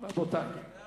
ההצעה לכלול את הנושא